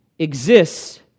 exists